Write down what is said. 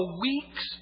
week's